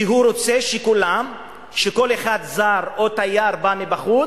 כי הוא רוצה שכולם, כל אחד, זר או תייר שבא מבחוץ,